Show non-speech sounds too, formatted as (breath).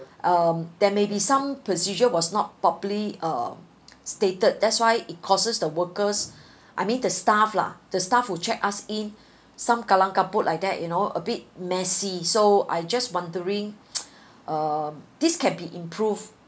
um there may be some procedure was not properly uh stated that's why it causes the workers (breath) I mean the staff lah the staff would check us in some kelam kabut like that you know a bit messy so I just wondering (noise) um this can be improved